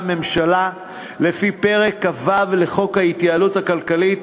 הממשלה לפי פרק כ"ו לחוק ההתייעלות הכלכלית,